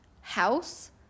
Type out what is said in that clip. house